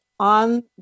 On